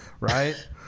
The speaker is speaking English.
right